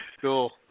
Cool